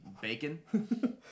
bacon